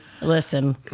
listen